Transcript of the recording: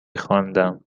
خواندم